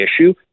issue